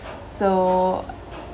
so